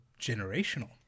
Generational